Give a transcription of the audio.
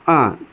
ಹಾಂ